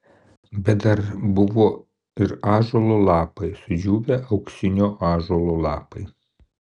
bet dar buvo ir ąžuolo lapai sudžiūvę auksinio ąžuolo lapai